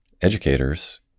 educators